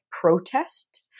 protest